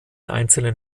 einzelnen